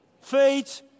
Feet